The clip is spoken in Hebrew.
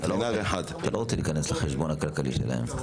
אתה לא רוצה להיכנס לחשבון הכלכלי שלהם.